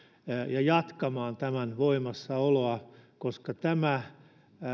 ja jatkamaan tämän voimassaoloa koska tämä